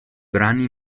brani